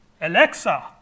Alexa